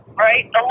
Right